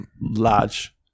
large